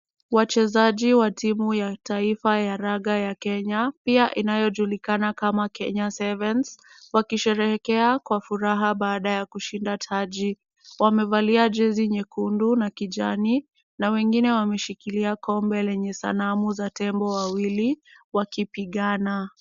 Wachezaji wa timu ya taifa ya raga ya Kenya pia inayojulikana kama Kenya Sevens, wakisherehekea kwa furaha baada ya kushinda taji. Wamevalia jezi nyekundu na kijani na wengine wameshikilia kombe lenye sanamu za tembo wawili wakipigana.